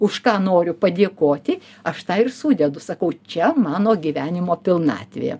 už ką noriu padėkoti aš tą ir sudedu sakau čia mano gyvenimo pilnatvė